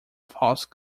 false